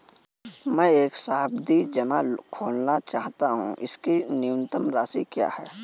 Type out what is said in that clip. मैं एक सावधि जमा खोलना चाहता हूं इसकी न्यूनतम राशि क्या है?